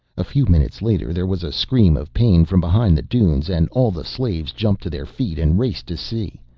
a few minutes later there was a scream of pain from behind the dunes and all the slaves jumped to their feet and raced to see.